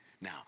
Now